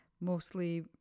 mostly